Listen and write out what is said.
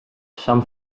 some